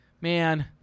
Man